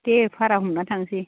दे भाह्रा हमना थांसै